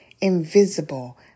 invisible